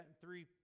three